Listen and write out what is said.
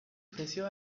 ofreció